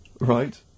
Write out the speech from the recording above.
Right